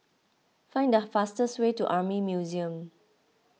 find the fastest way to Army Museum